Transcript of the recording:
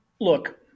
look